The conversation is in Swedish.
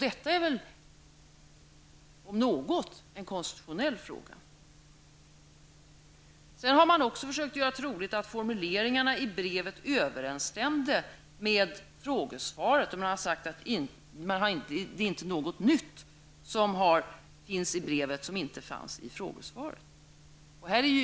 Detta är väl -- om något -- en konstitutionell fråga. Man har vidare försökt göra troligt att formuleringarna i brevet överensstämde med frågesvaret och att det i brevet inte fanns något nytt, som inte fanns med i frågesvaret.